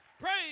Praise